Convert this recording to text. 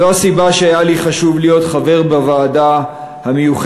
זו הסיבה שהיה לי חשוב להיות חבר בוועדה המיוחדת